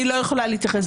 אני לא יכולה להתייחס לזה.